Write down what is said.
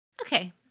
Okay